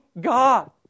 God